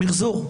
מיחזור.